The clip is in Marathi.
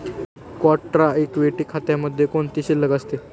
कॉन्ट्रा इक्विटी खात्यामध्ये कोणती शिल्लक असते?